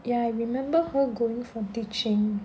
ya I remember her going for teaching